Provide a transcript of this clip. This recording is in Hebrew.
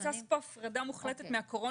אני רוצה לעשות פה הפרדה מוחלטת מהקורונה,